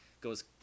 goes